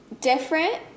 different